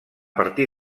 partir